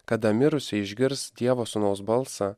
kada mirusieji išgirs dievo sūnaus balsą